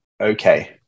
okay